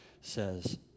says